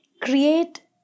create